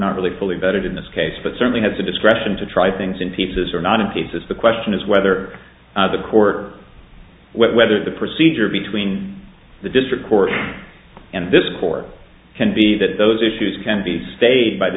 not really fully vetted in this case but certainly have the discretion to try things in pieces or not in cases the question is whether the court whether the procedure between the district court and this court can be that those issues can be stayed by the